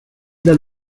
dal